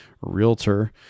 realtor